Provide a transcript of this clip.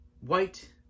white